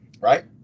right